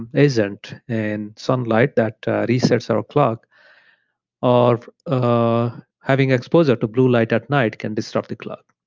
and agent in sunlight that resets our clock of ah having exposure to blue light at night can disrupt the clock.